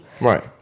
right